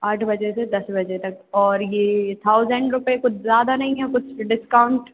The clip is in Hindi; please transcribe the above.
आठ बजे से दस बजे तक और ये थाउजेंड रुपए कुछ ज्यादा नहीं है कुछ डिस्काउंट